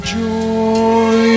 joy